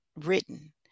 written